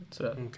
okay